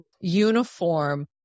uniform